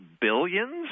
billions